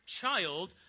child